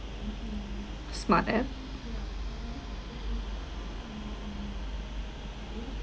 smart app